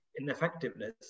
ineffectiveness